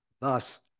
thus